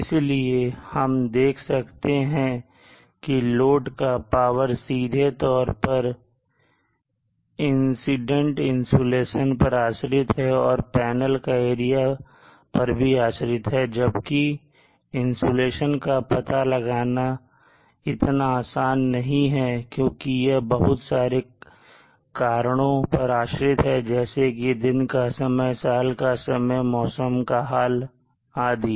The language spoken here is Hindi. इसलिए हम देख सकते हैं कि लोड का पावर सीधे तौर पर इंसिडेंट इंसुलेशन पर आश्रित है और पैनल के एरिया पर भी आश्रित है जबकि इंसुलेशन का पता लगाना इतना आसान नहीं है क्योंकि यह बहुत सारे कारणों पर आश्रित है जैसे दिन का समय साल का समय मौसम का हाल आदि